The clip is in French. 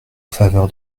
faveur